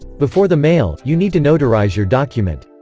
before the mail, you need to notarize your document.